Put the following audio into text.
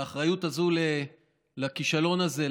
האחריות הזו לכישלון הזה,